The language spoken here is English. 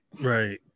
Right